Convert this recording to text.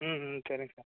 ம் ம் சரிங்க சார்